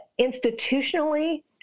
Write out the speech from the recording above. institutionally